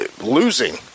losing